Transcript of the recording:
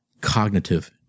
cognitive